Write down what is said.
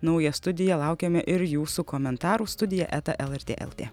naują studiją laukiame ir jūsų komentarų studija eta lrt lt